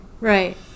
Right